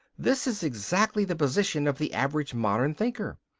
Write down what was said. this is exactly the position of the average modern thinker.